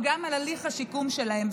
וגם על הליך השיקום שלהם.